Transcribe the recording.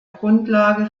grundlage